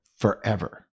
forever